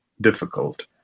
difficult